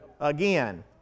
Again